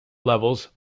levels